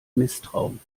misstrauen